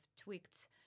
tweaked